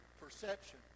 perception